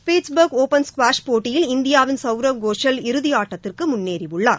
Pittsburgh open squash போட்டியில் இந்தியாவின் சவ்ரவ் கோஷல் இறுதியாட்டத்திற்கு முன்னேறியுள்ளார்